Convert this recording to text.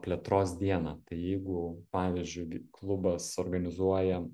plėtros dieną tai jeigu pavyzdžiui vi klubas organizuoja